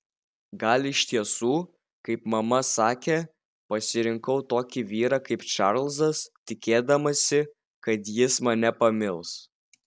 gal iš tiesų kaip mama sakė pasirinkau tokį vyrą kaip čarlzas tikėdamasi kad jis mane pamils